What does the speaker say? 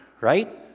Right